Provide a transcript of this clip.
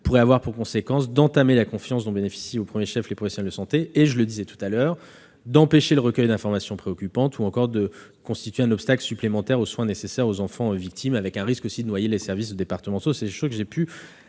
pourrait avoir pour conséquence d'entamer la confiance dont bénéficient au premier chef les professionnels de santé et d'empêcher le recueil d'informations préoccupantes, ou encore de constituer un obstacle supplémentaire aux soins nécessaires aux enfants victimes, sans compter le risque de noyer les services départementaux. En réalité, le problème ne